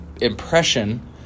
impression